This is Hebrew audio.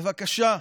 בבקשה,